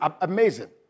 amazing